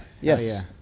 Yes